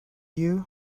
you